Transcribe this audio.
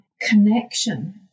connection